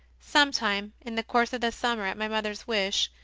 sometime in the course of the summer, at my mother s wish,